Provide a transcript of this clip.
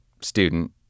student